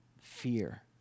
fear